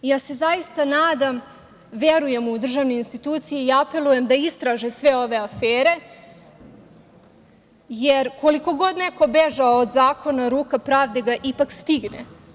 Zaista se nadam, verujem u državne institucije i apelujem da istraže sve ove afere, jer koliko god neko bežao od zakona, ruka pravde ga ipak stigne.